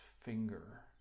finger